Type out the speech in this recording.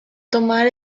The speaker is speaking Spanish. tomar